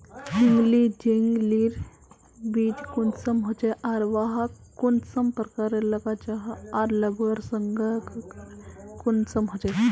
झिंगली झिंग लिर बीज कुंसम होचे आर वाहक कुंसम प्रकारेर लगा जाहा आर लगवार संगकर कुंसम होचे?